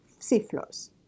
seafloors